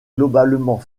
globalement